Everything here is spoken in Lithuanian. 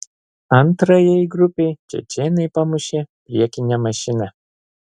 antrajai grupei čečėnai pamušė priekinę mašiną